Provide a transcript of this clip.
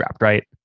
right